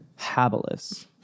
Habilis